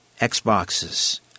Xboxes